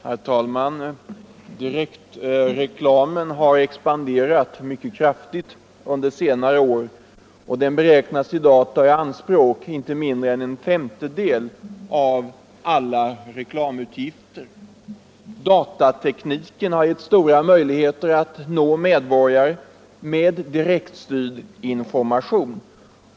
Herr talman! Direktreklamen har expanderat mycket kraftigt under = direktreklamföresenare år. Den beräknas i dag ta i anspråk inte mindre än en femtedel = tag av alla reklamutgifter. Datatekniken har gett stora möjligheter att nå medborgare med direktstyrd information.